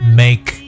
make